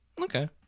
Okay